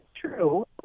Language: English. true